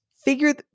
figure